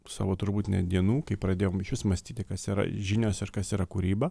savo turbūt net dienų kai pradėjom išvis mąstyti kas yra žinios ir kas yra kūryba